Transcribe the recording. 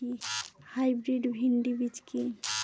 Hybrid ভীন্ডি বীজ কি?